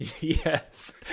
Yes